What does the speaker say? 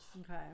Okay